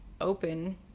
open